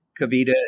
Kavita